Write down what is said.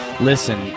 Listen